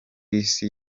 isi